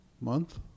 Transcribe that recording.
month